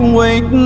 wait